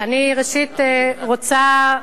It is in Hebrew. ראשית אני רוצה,